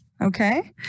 okay